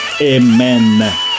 amen